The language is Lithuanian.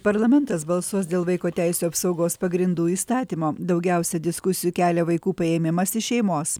parlamentas balsuos dėl vaiko teisių apsaugos pagrindų įstatymo daugiausia diskusijų kelia vaikų paėmimas iš šeimos